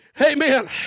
Amen